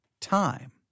time